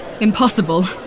Impossible